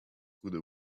through